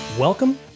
Welcome